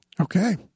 Okay